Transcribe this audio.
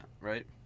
right